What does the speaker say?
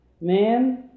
man